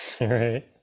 Right